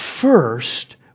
first